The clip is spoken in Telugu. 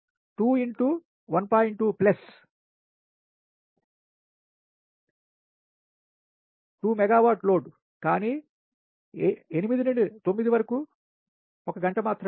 2 ప్లస్ 2 మెగావాట్ లోడ్ కానీ 8 నుండి 9 వరకు 1 గంట మాత్రమే